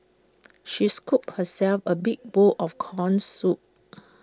she scooped herself A big bowl of Corn Soup